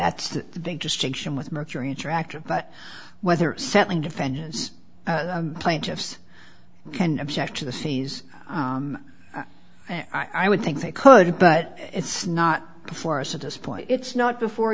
that's the big distinction with mercury interactive but whether settling defendants plaintiffs can object to the seas and i would think they could but it's not for us at this point it's not before